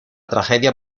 tragedia